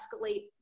escalate